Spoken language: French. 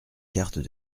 cartes